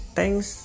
Thanks